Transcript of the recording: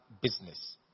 business